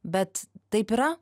bet taip yra